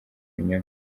ibinyoma